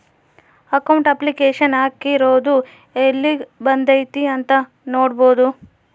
account application ಹಾಕಿರೊದು ಯೆಲ್ಲಿಗ್ ಬಂದೈತೀ ಅಂತ ನೋಡ್ಬೊದು